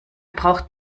braucht